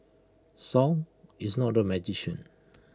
song is not A magician